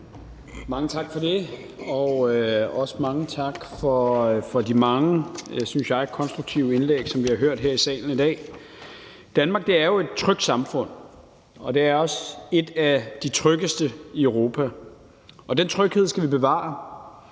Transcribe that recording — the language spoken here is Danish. Mange tak for det, og også mange tak for de mange, synes jeg, konstruktive indlæg, som vi har hørt her i salen i dag. Danmark er jo et trygt samfund, og det er også et af de tryggeste i Europa, og den tryghed skal vi bevare.